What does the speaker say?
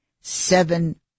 seven